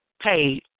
paid